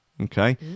Okay